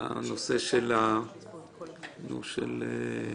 בנוסח שאתם המלצתם שהקורבן הוא בן זוג והמעשה נעשה